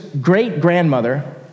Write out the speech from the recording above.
great-grandmother